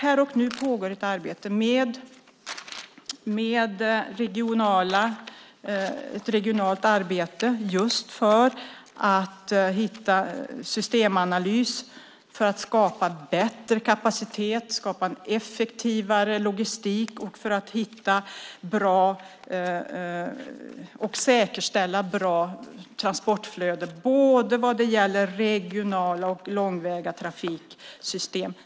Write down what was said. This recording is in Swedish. Här och nu pågår ett regionalt arbete för att hitta en systemanalys, för att skapa bättre kapacitet och en effektivare logistik och för att säkerställa bra transportflöden i både regionala och långväga trafiksystem.